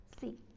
See